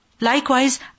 Likewise